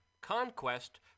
conquest